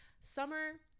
summer